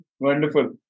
Wonderful